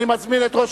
אני מזמין את ראש